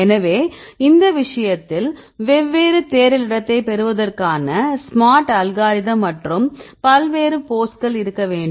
எனவே இந்த விஷயத்தில் வெவ்வேறு தேடல் இடத்தைப் பெறுவதற்கான ஸ்மார்ட் அல்காரிதம் மற்றும் பல்வேறு போஸ்கள் இருக்க வேண்டும்